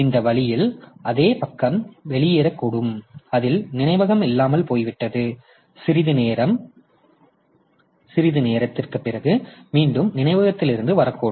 இந்த வழியில் அதே பக்கம் வெளியேறக்கூடும் அதில் நினைவகம் இல்லாமல் போய்விட்டது சிறிது நேரத்திற்குப் பிறகு மீண்டும் நினைவகத்திற்கு வரக்கூடும்